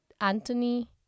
anthony